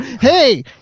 Hey